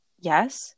Yes